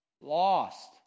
lost